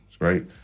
right